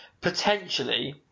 potentially